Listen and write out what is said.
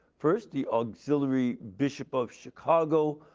first, the auxillary bishop of chicago,